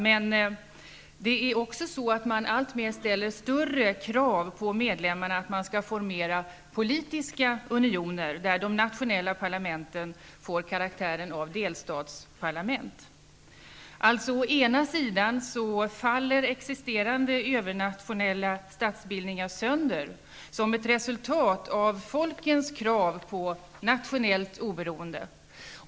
Men det ställs alltmer större krav på medlemmarna att formera politiska unioner där de nationella parlamenten får karaktären av delstatsparlament. Alltså: Å ena sidan faller existerande övernationella statsbildningar sönder som ett resultat av folkens krav på nationellt oberoende.